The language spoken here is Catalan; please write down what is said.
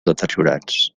deteriorats